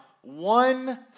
One